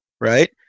right